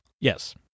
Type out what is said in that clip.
Yes